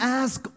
ask